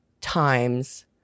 times